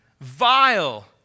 vile